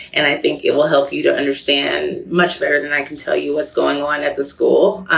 and i think it will help you to understand much better than i can tell you what's going on at the school,